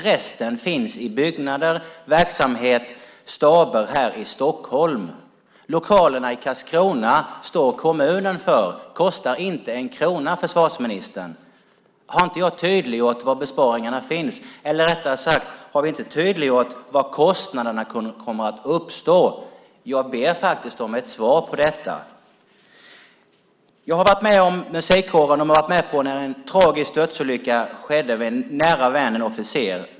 Resten finns i byggnader, verksamhet och staber här i Stockholm. Lokalerna i Karlskrona står kommunen för. De kostar inte en krona, försvarsministern. Har jag inte tydliggjort var besparingarna finns? Eller rättare sagt: Har vi inte tydliggjort var kostnaderna kommer att uppstå? Jag ber faktiskt om ett svar på detta. Musikkåren var med när en tragisk dödsolycka skedde som drabbade en nära vän och officer.